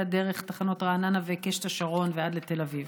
דרך תחנות רעננה וקשת השרון ועד לתל אביב.